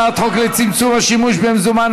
הצעת חוק לצמצום השימוש במזומן,